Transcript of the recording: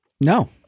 No